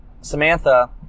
Samantha